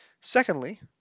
Secondly